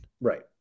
Right